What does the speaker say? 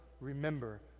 remember